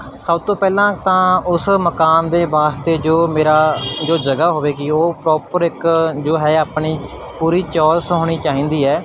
ਸਭ ਤੋਂ ਪਹਿਲਾਂ ਤਾਂ ਉਸ ਮਕਾਨ ਦੇ ਵਾਸਤੇ ਜੋ ਮੇਰਾ ਜੋ ਜਗ੍ਹਾ ਹੋਵੇਗੀ ਉਹ ਪ੍ਰੋਪਰ ਇੱਕ ਜੋ ਹੈ ਆਪਣੇ ਪੂਰੀ ਚੋਰਸ ਹੋਣੀ ਚਾਹੀਦੀ ਹੈ